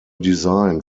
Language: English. designed